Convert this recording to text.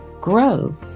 Grow